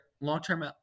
long-term